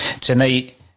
tonight